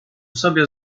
sobie